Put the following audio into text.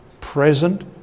present